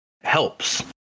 helps